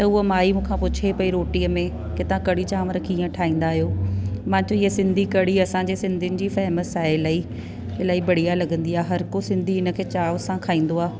त उहा माई मुखां पुछे पई रोटीअ में की तव्हां कड़ी चांवर कीअं ठाहींदा आहियो मां चयो ईअ सिंधी कड़ी असांजे सिंधियुनि जी फेमस आहे इलाही इलाही बढ़िया लॻंदी आहे हर को सिंधी हिन खे चांव सां खाईंदो आहे